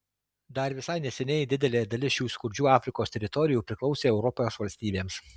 dar visai neseniai didelė dalis šių skurdžių afrikos teritorijų priklausė europos valstybėms